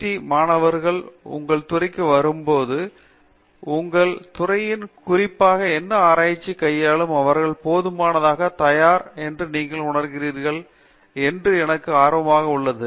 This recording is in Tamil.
டி மாணவர்கள் உங்கள் துறை வந்து போது நான் உங்கள் துறையில் குறிப்பாக என்ன ஆராய்ச்சி கையாளும் அவர்கள் போதுமானதாக தயார் என்று நீங்கள் உணர்கிறீர்கள் என்று எனக்கு ஆர்வமாக உள்ளது